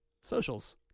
socials